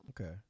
Okay